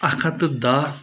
اَکھ ہتھ تہٕ دٔہ